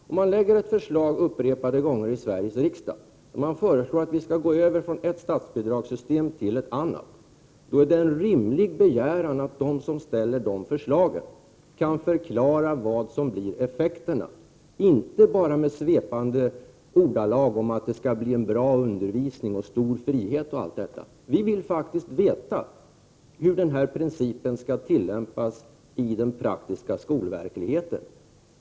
Om man upprepade gånger väcker ett förslag i Sveriges riksdag där det föreslås en övergång från ett statsbidragssystem till ett annat är det en rimlig begäran att de som väcker dessa förslag kan förklara vilka effekter man då får och att detta inte bara sker i svepande ordalag om att det skall bli en bra undervisning och stor frihet, osv. Vi vill faktiskt veta hur denna princip skall tillämpas i den praktiska skolverkligheten.